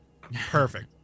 Perfect